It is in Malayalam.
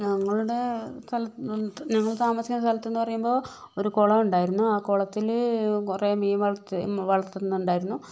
ഞങ്ങളുടെ സ്ഥലത്ത് ഞങ്ങള് താമസിക്കുന്ന സ്ഥലത്തുന്നു പറയുമ്പോൾ ഒരു കുളമുണ്ടായിരുന്നു ആ കുളത്തില് കുറെ മീൻ വളർത്തി വളത്തുന്നുണ്ടായിരുന്നു